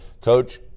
Coach